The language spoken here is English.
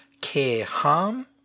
Care-harm